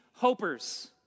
hopers